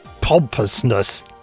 pompousness